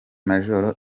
major